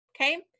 Okay